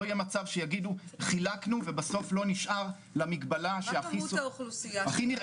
לא יהיה מצב שיגידו חילקנו ובסוף לא נשאר למגבלה שהכי נראית.